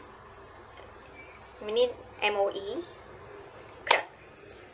minute M_O_E